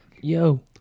Yo